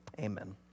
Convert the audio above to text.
Amen